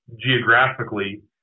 geographically